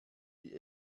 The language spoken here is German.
die